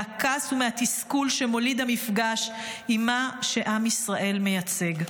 מהכעס והתסכול שמוליד המפגש עם מה שעם ישראל מייצג.